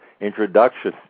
introduction